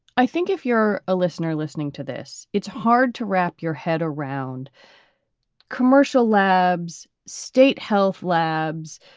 i think if you're a listener listening to this, it's hard to wrap your head around commercial labs, state health labs,